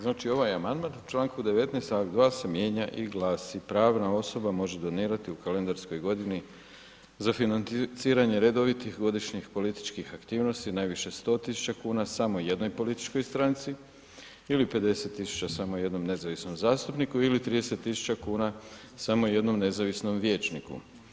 Znači ovaj amandman u čl. 19, a dva se mijenja i glasi, pravna osoba može donirati u kalendarskoj godini za financiranje redovitih godišnjih političkih aktivnosti, najviše 100 tisuća kuna, samo jednoj političkoj stranci, ili 50 tisuća samo jednom nezavisnom zastupniku ili 30 tisuća kuna samo jednom nezavisnom vijećniku.